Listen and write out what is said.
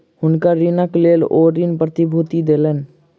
हुनकर ऋणक लेल ओ ऋण प्रतिभूति देलैन